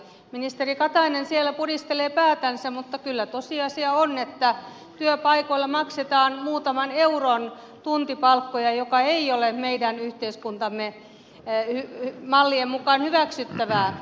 ministeri katainen siellä pudistelee päätänsä mutta kyllä tosiasia on että työpaikoilla maksetaan muutaman euron tuntipalkkoja mikä ei ole meidän yhteiskuntamme mallien mukaan hyväksyttävää